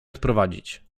odprowadzić